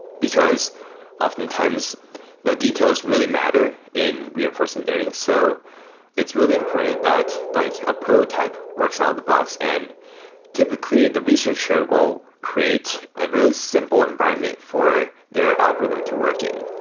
because oftentimes the details really matter in reinforcement learning. so it's really important that like a prototype works out of the box. and typically the researcher will create a very simple environment for their algorithm to work in.